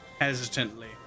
hesitantly